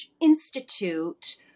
Institute